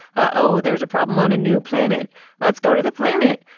oh, there's a problem on a new planet let's go to the planet.